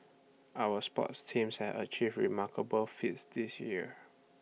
our sports teams have achieved remarkable feats this year